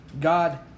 God